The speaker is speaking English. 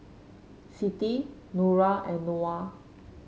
Siti Nura and Noah